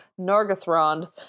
Nargothrond